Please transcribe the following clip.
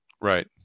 Right